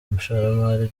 umushoramari